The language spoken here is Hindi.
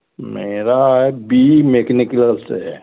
मेरा बी ई मैकेनिकल्स है